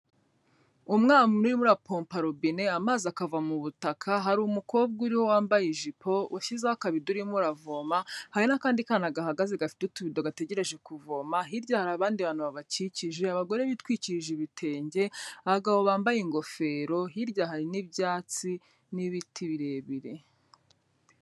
Umwana urimo urapompa robine amazi akava mu butaka, hari umukobwa uriho wambaye ijipo, washyizeho akabido urimo uravoma, hari n'akandi kana gahagaze gafite utubido gategereje kuvoma, hirya hari abandi bantu babakikije, abagore bitwikirije ibitenge, abagabo bambaye ingofero, hirya hari n'ibyatsi n'ibiti birebire.